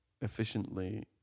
efficiently